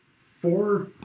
four